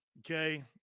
Okay